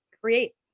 create